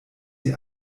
sie